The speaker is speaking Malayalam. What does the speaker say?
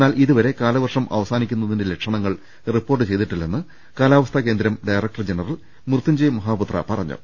എന്നാൽ ഇതുവരെ കാലവർഷം അവ സാനിക്കുന്നതിന്റെ ലക്ഷണങ്ങൾ റിപ്പോർട്ട് ചെയ്തിട്ടില്ലെന്ന് കാലാവസ്ഥാ കേന്ദ്രം ഡയറക്ടർ ജനറൽ മൃത്യുഞ്ജയ് മഹാപത്ര പറഞ്ഞു